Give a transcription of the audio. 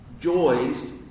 joys